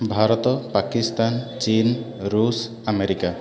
ଭାରତ ପାକିସ୍ତାନ୍ ଚୀନ୍ ଋଷ୍ ଆମେରିକା